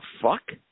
fuck